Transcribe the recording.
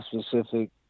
specific